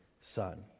son